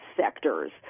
sectors